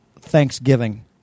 Thanksgiving